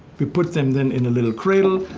we put them then in a little cradle,